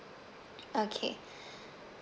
okay